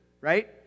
right